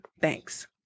Thanks